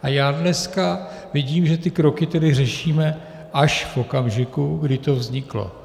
A já dneska vidím, že ty kroky tedy řešíme až v okamžiku, kdy to vzniklo.